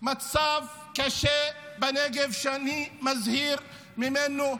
מצב קשה בנגב שאני מזהיר ממנו.